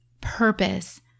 purpose